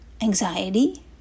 anxiety